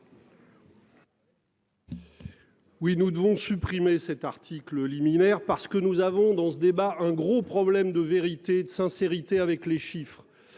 Oui nous devons supprimer cet article liminaire parce que nous avons dans ce débat, un gros problème de vérité, de sincérité avec les chiffres.